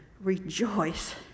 Rejoice